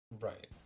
Right